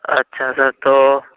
اچھا سر تو